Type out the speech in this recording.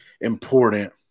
important